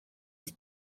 with